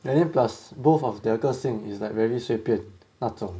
and then plus both of their 个性 is like very 随便那种